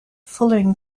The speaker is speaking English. following